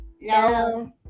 No